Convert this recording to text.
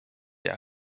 der